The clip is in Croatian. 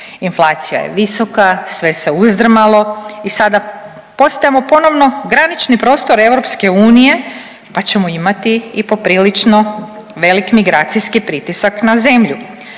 Inflacija je visoka, sve se uzdrmalo i sada postajemo ponovno granični prostor EU pa ćemo imati i poprilično velik migracijski pritisak na zemlju.